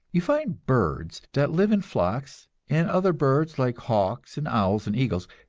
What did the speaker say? you find birds that live in flocks, and other birds, like hawks and owls and eagles,